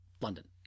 London